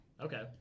Okay